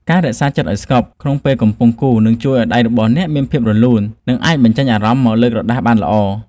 ការរក្សាចិត្តឱ្យស្ងប់ក្នុងពេលកំពុងគូរនឹងជួយឱ្យដៃរបស់អ្នកមានភាពរលូន និង អាចបញ្ចេញអារម្មណ៍មកលើក្រដាសបានល្អ។